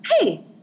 Hey